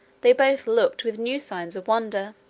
they both looked with new signs of wonder.